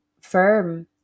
firm